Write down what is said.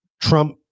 Trump